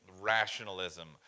rationalism